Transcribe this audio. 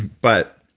but